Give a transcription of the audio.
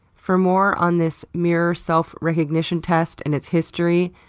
for more on this mirror self-recognition test and its history,